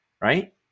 right